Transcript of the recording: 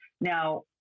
Now